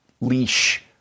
leash